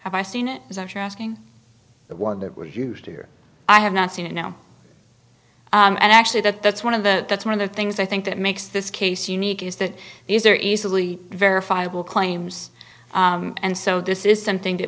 have i seen it as i'm sure asking the one that was used here i have not seen you know and actually that's one of the that's one of the things i think that makes this case unique is that these are easily verifiable claims and so this is something that